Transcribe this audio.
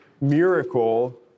miracle